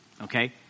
Okay